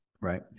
right